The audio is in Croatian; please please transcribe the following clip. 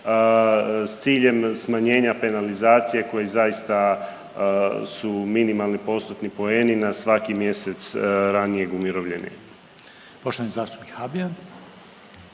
s ciljem smanjenja penalizacije koji zaista su minimalni postotni poeni na svaki mjesec ranijeg umirovljenja. **Reiner, Željko